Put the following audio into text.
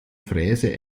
fräse